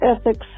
ethics